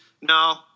no